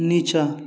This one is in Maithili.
नीचाँ